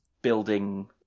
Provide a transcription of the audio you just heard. building